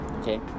Okay